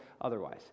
otherwise